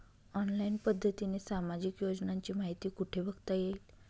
Online पद्धतीने सामाजिक योजनांची माहिती कुठे बघता येईल?